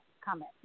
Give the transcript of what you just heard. comment